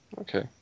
Okay